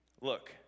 look